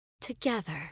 together